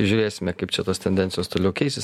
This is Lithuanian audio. žiūrėsime kaip čia tos tendencijos toliau keisis